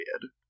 period